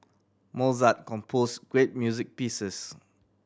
Mozart composed great music pieces